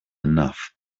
enough